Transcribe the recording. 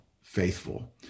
faithful